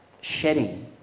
shedding